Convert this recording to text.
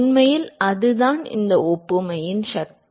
உண்மையில் அதுதான் இந்த ஒப்புமையின் சக்தி